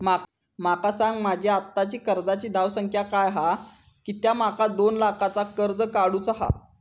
माका सांगा माझी आत्ताची कर्जाची धावसंख्या काय हा कित्या माका दोन लाखाचा कर्ज काढू चा हा?